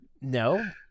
no